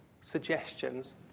suggestions